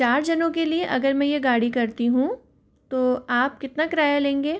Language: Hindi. चार जनों के लिए अगर मैं ये गाड़ी करती हूँ तो आप कितना किराया लेंगे